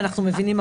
אנחנו מבינים הכל,